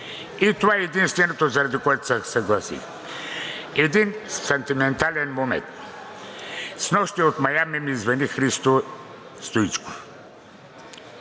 И това е единственото, заради което се съгласих. Един сантиментален момент. Снощи от Маями ми звъни Христо Стоичков